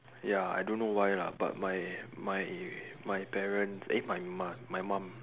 ya I don't know why lah but my my my parents eh my mum my mum